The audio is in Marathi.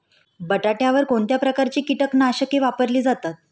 बटाट्यावर कोणत्या प्रकारची कीटकनाशके वापरली जातात?